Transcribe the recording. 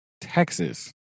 Texas